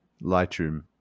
lightroom